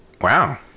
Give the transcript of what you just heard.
Wow